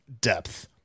depth